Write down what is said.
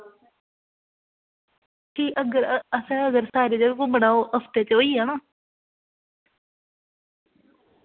की अगर असें अगर सारी जगह घूमना हो हफ्ते च होई जाना